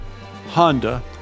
Honda